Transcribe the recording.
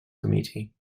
committee